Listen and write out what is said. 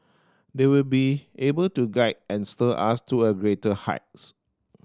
they will be able to guide and steer us to a greater heights